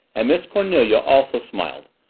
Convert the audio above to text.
and miss cornelia also smiled,